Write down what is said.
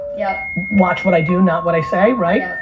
yup. watch what i do not what i say, right.